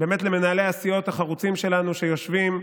באמת למנהלי הסיעות החרוצים שלנו, שיושבים,